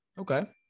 Okay